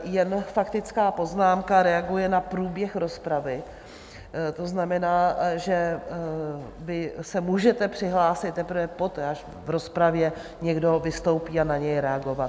Jenže faktická poznámka reaguje na průběh rozpravy, to znamená, že vy se můžete přihlásit teprve poté, až v rozpravě někdo vystoupí, a na něj reagovat.